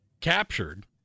captured